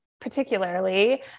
particularly